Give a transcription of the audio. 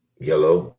Yellow